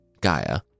Gaia